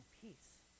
peace